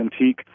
antique